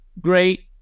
great